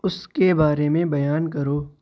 اس کے بارے میں بیان کرو